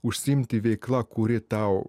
užsiimti veikla kuri tau